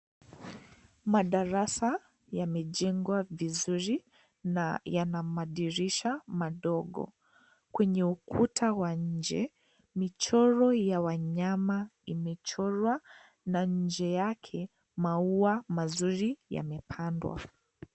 Madarasa yamejengwa vizuri na yana madirisha madogo. Kwenye ukuta wa nje, michoro ya wanyama imechorwa na nje yake, maua mazuri yamepandwa.